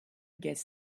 gets